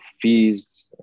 fees